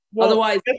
otherwise